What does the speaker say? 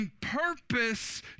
purpose